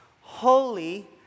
holy